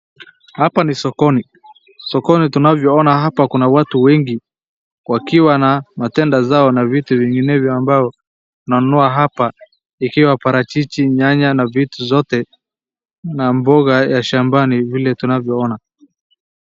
Hapa ni sokoni. Sokoni tunavyo ona hapa kuna watu wengi wakiwa na matenda zao na vitu vinginevyo ambao unanunua hapa ikiwa parachichi, nyanya na vitu zote na mboga ya shamabni vile tunavyo ona.